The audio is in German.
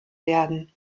werden